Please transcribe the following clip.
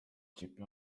ikipe